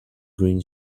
green